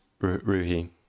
Ruhi